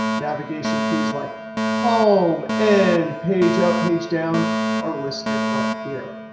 navigation keys like home, end, page up, page down are listed up here.